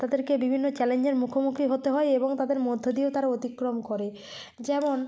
তাদেরকে বিভিন্ন চ্যালেঞ্জের মুখোমুখি হতে হয় এবং তাদের মধ্য দিয়েও তারা অতিক্রম করে যেমন